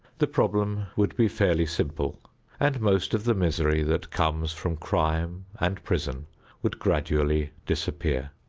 the problem would be fairly simple and most of the misery that comes from crime and prison would gradually disappear.